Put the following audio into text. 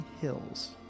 hills